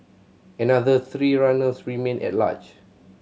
another three runners remain at large